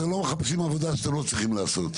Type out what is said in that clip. אתם לא מחפשים עבודה שאתם לא צריכים לעשות.